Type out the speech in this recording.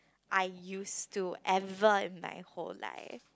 I used to ever in my whole life